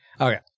Okay